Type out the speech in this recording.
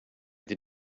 did